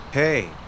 Hey